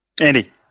Andy